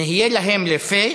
נהיה להם לפה,